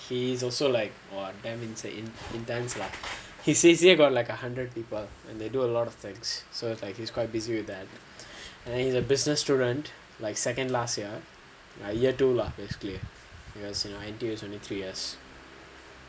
he is also like !wah! damn intense lah his C_C_A got like a hundred people and they do a lot of things so it's like he's quite busy with that and he has a business to run like second last year a year two lah basically because you know N_T_U is only three years